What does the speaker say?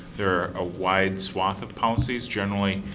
they're a wide swath of policies, generally